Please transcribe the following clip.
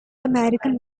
american